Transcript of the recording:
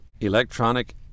electronic